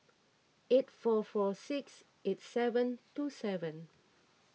eight four four six eight seven two seven